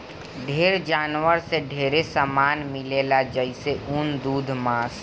ढेर जानवर से ढेरे सामान मिलेला जइसे ऊन, दूध मांस